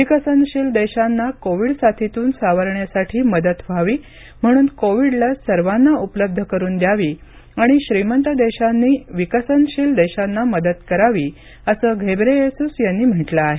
विकसनशील देशांना कोविड साथीतून सावरण्यासाठी मदत व्हावी म्हणून कोविड लस सर्वांना उपलब्ध करुन द्यावी आणि श्रीमंत देशांनी विकसनशील देशांना मदत करावी असं घेब्रेयेसुस यांनी म्हटलं आहे